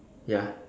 ya